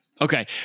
Okay